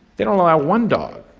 they don't allow one dog.